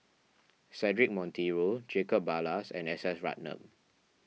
Cedric Monteiro Jacob Ballas and S S Ratnam